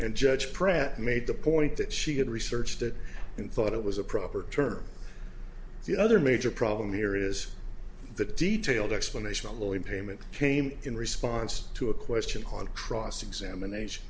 and judge pret made the point that she had researched it and thought it was a proper term the other major problem here is the detailed explanation alone payment came in response to a question on cross examination